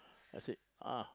I said ah